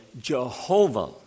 Jehovah